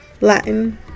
latin